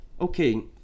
okay